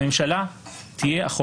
הממשלה תהיה החוק.